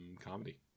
Comedy